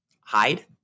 hide